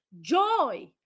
joy